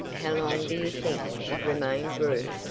how long do you think she'd remain drew?